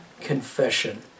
confession